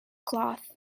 cloth